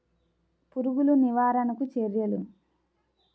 పురుగులు నివారణకు చర్యలు?